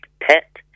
Pet